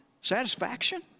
satisfaction